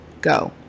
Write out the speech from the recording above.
Go